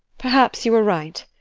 perhaps you are right.